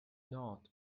not